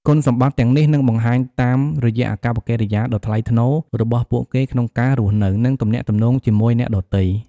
គុណសម្បត្តិទាំងនេះនឹងបង្ហាញតាមរយៈអាកប្បកិរិយាដ៏ថ្លៃថ្នូររបស់ពួកគេក្នុងការរស់នៅ និងទំនាក់ទំនងជាមួយអ្នកដទៃ។